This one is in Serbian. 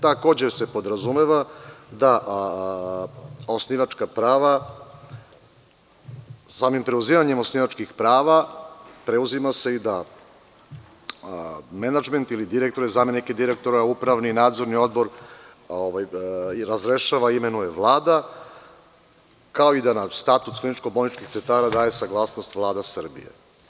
Takođe se podrazumeva da samim preuzimanjem osnivačkih prava preuzima se i da menadžment ili direktore, zamenike direktora, upravni i nadzorni odbor razrešava i imenuje Vlada, kao i da na statut kliničko-bolničkih centara daje saglasnost Vlada Srbije.